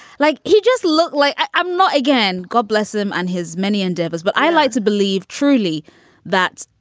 like he just looked like i'm not. again, god bless him and his many endeavors. but i like to believe truly that,